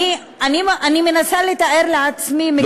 אני מנסה לתאר לעצמי מקרה,